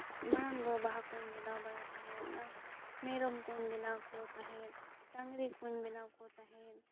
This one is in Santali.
ᱢᱟᱲᱟᱝ ᱫᱚ ᱵᱟᱦᱟ ᱠᱚᱧ ᱵᱮᱱᱟᱣ ᱵᱟᱲᱟᱭ ᱛᱟᱦᱮᱸᱫ ᱢᱮᱨᱚᱢ ᱠᱚᱧ ᱵᱮᱱᱟᱣ ᱠᱚ ᱛᱟᱦᱮᱸᱫ ᱰᱟᱝᱨᱤ ᱠᱚᱧ ᱵᱮᱱᱟᱣ ᱠᱚ ᱛᱟᱦᱮᱸᱫ